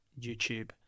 YouTube